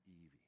Evie